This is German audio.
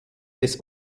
des